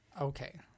Okay